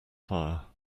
fire